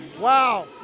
Wow